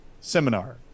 seminar